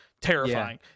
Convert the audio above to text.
terrifying